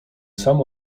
sam